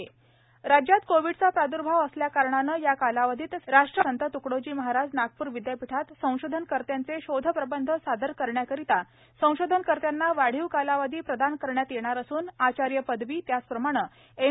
नागपूर विदयापीठ राज्यात कोव्हिडचा प्रादुर्भाव सल्याकारणाने या कालावधीत राष्ट्रसंत त्कडोजी महाराज नागप्र विदयापीठात संशोधनकर्त्यांचे शोधप्रबंध सादर करण्याकरीता संशोधनकर्त्यांना वाढीव कालावधी प्रदान करण्याबाबत तसंच आचार्य पदवी त्याचप्रमाणे एम